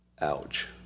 Ouch